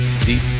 deep